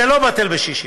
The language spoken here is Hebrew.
זה לא בטל בשישים.